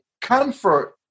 comfort